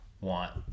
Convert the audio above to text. want